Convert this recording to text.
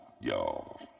y'all